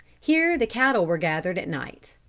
here the cattle were gathered at night.